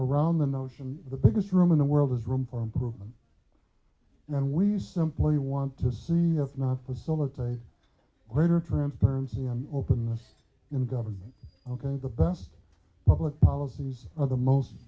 around the notion the biggest room in the world has room for improvement and we use simply want to see if not facilitate greater transparency and openness in government ok the best public policies are the most